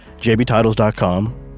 JBTitles.com